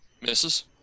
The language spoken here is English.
Misses